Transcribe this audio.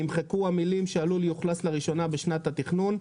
נמחקו המילים "שהלול יאוכלס לראשונה בשנת התכנון".